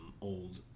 old